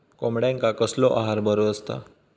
कोंबड्यांका कसलो आहार बरो असता?